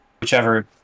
whichever